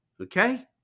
okay